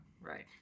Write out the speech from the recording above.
Right